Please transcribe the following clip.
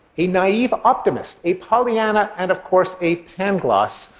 a naive optimist, a pollyanna and, of course, a pangloss,